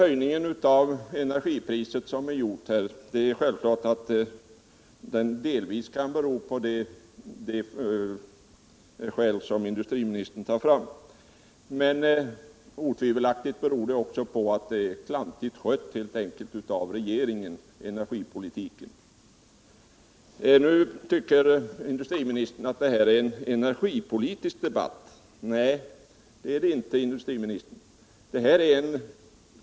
Höjningen av energipriset beror naturligtvis delvis på de orsaker som industriministern tar fram, men otvivelaktigt beror höjningen också på att energipolitiken är klantigt skött av regeringen. Industriministern tycker att det här är en energipolitisk debatt. Nej, det är det inte, herr industriminister.